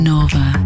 Nova